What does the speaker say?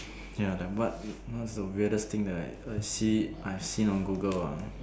ya the what what's the weirdest thing that I I see I see on Google ah